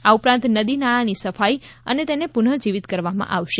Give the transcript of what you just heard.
આ ઉપરાં નદી નાળા ની સફાઇ અને તેને પુનઃ જીવિત કરવામાં આવશે